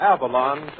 Avalon